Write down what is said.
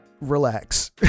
relax